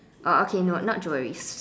oh okay no not jewelries